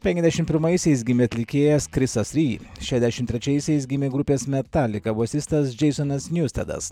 penkiasdešim pirmaisais gimė atlikėjas krisas ri šešiasdešim trečiaisiais gimė grupės metalika bosistas džeisonas njustedas